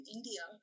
India